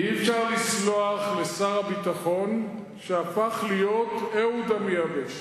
אי-אפשר לסלוח לשר הביטחון שהפך להיות אהוד המייבש.